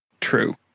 True